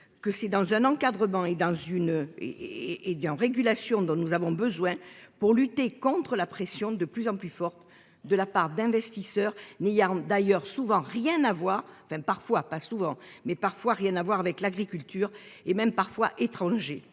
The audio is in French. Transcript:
que si dans un encadrement et dans une et et de régulation dont nous avons besoin pour lutter contre la pression de plus en plus forte de la part d'investisseurs ni armes d'ailleurs souvent rien à voir parfois pas souvent mais parfois rien à voir avec l'agriculture et même parfois étrangers